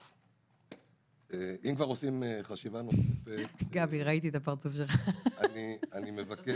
אם כבר עושים חשיבה נוספת, אני מבקש